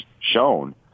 shown